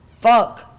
fuck